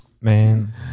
Man